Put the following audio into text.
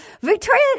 Victoria